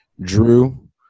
Drew